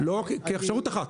כאפשרות אחת.